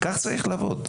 כך צריך לעבוד.